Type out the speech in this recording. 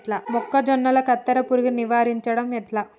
మొక్కజొన్నల కత్తెర పురుగుని నివారించడం ఎట్లా?